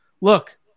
Look